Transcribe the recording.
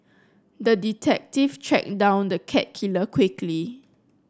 the detective tracked down the cat killer quickly